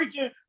freaking